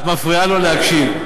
את מפריעה לו להקשיב.